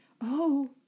oh